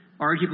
arguably